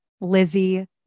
Lizzie